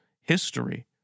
history